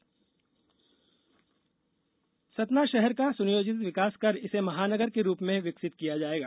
सतना विकास सतना शहर का सुनियोजित विकास कर इसे महानगर के रूप में विकसित किया जायेगा